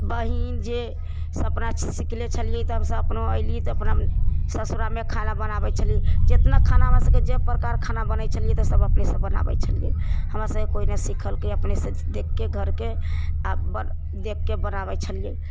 बहिनसँ जे अपना सिखले छलिए हमसब अपना अइली तऽ अपना ससुरामे खाना बनाबै छली जतना खाना हमरा सबके जे प्रकारके खाना बनै छलिए तऽ सब अपनेसँ बनाबै छलिए हमरा सबके कोइ नहि सिखेलकै अपनेसँ देखिकऽ घरके आओर देखिकऽ बनाबै छलिए